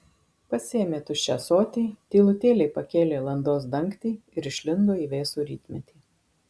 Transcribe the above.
pasiėmė tuščią ąsotį tylutėliai pakėlė landos dangtį ir išlindo į vėsų rytmetį